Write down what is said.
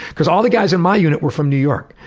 cause all the guys in my unit were from new york,